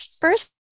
First